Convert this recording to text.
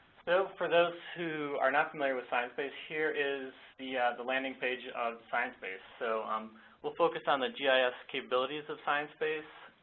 so for those who are not familiar with sciencebase, here is the the landing page of sciencebase, so um we'll focus on the gis capabilities of sciencebase.